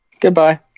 goodbye